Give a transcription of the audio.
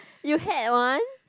you had one